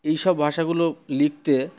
এই সব ভাষাগুলো লিখতে